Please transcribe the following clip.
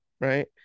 right